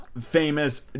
famous